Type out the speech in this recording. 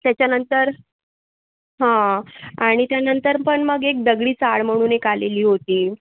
त्याच्यानंतर हं आणि त्यानंतर पण मग एक दगडी चाळ म्हणून एक आलेली होती